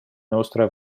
nostra